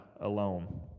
alone